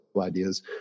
ideas